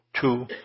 two